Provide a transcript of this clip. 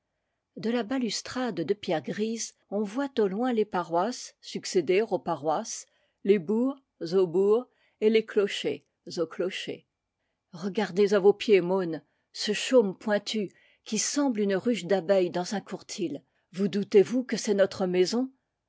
de la balustrade de pierre grise on voit au loin les paroisses succéder aux paroisses les bourgs aux bourgs et les clochers aux clochers regardez à vos pieds môn ce chaume pointu qui semble une ruche d'abeilles dans un courtil vous doutezvous que c'est notre maison